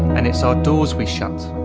and it's our doors we shut.